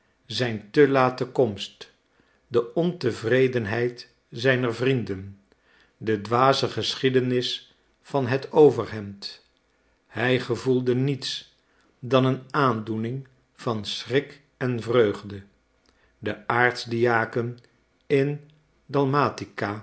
zijn te late komst de ontevredenheid zijner vrienden de dwaze geschiedenis van het overhemd hij gevoelde niets dan een aandoening van schrik en vreugde de aartsdiaken in